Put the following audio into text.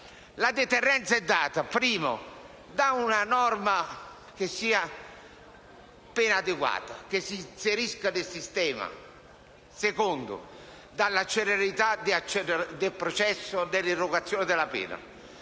La deterrenza deriva anzitutto da una norma che sia ben adeguata e si inserisca nel sistema e poi dalla celerità del processo e dell'irrogazione della pena.